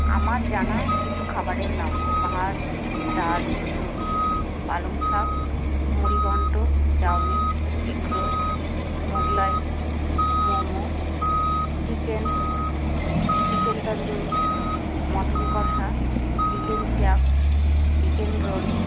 আমার জানা কিছু খাবারের নাম ভাত ডাল রুটি পালং শাক মুড়িঘণ্ট chowmein egg roll Mughlai momo chicken chicken tandoori mutton কষা চিকেন চাপ চিকেন রোল